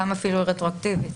אפילו רטרואקטיבית.